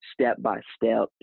step-by-step